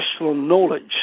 knowledge